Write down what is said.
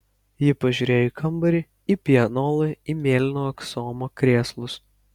ji pažiūrėjo į kambarį į pianolą į mėlyno aksomo krėslus